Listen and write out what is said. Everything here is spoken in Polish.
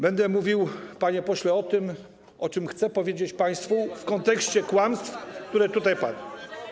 Będę mówił, panie pośle, o tym, o czym chcę powiedzieć państwu w kontekście kłamstw, które tutaj padły.